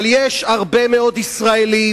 אבל יש הרבה מאוד ישראלים,